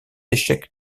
échecs